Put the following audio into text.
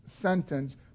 sentence